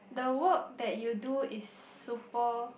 the work that you do is super